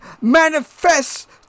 manifest